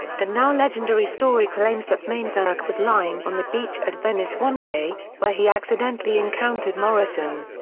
the now-legendary story claims that manzarek was lying on the beach at venice one day, where he accidentally encountered morrison.